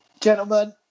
Gentlemen